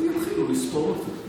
אז יתחילו לספור אתכם.